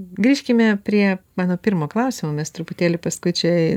grįžkime prie mano pirmo klausimo mes truputėlį paskui čia